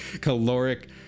caloric